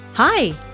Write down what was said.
Hi